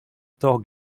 dog